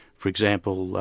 for example,